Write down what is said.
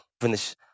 finish